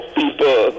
people